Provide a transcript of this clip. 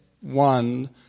one